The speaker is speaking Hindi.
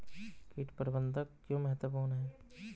कीट प्रबंधन क्यों महत्वपूर्ण है?